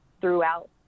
throughout